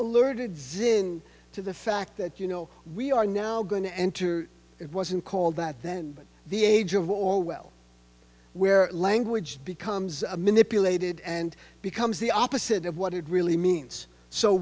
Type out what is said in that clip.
alerted xin to the fact that you know we are now going to enter it wasn't called that then but the age of war well where language becomes a manipulated and becomes the opposite of what it really means so